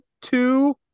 two